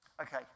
Okay